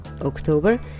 October